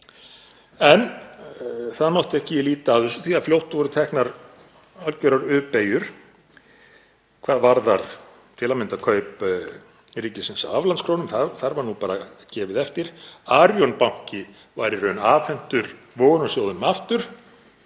En það mátti ekki líta af þessu því fljótt voru teknar algjörar U-beygjur hvað varðar til að mynda kaup ríkisins á aflandskrónum, þar var bara gefið eftir. Arion banki var í raun afhentur vogunarsjóðunum aftur,